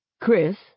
Chris